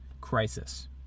crisis